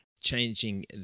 Changing